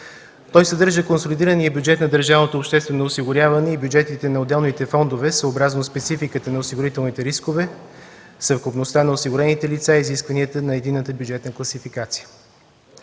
Той съдържа консолидирания бюджет на държавното обществено осигуряване и бюджетите на отделните фондове съобразно спецификата на осигурителните рискове, съвкупността на осигурените лица, изискванията на единната бюджетна класификация.